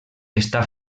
està